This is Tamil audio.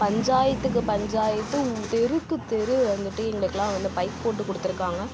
பஞ்சாயத்துக்கு பஞ்சாயத்து தெருவுக்கு தெரு வந்துட்டு எங்களுக்கெலாம் வந்து பைப் போட்டு கொடுத்துருக்காங்க